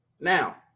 now